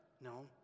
No